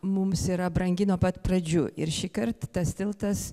mums yra brangi nuo pat pradžių ir šįkart tas tiltas